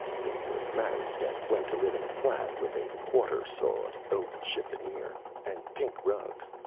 they were married, and went to live in a flat with a quarter-sawed oak chiffonier and pink rugs.